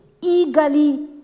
eagerly